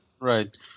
right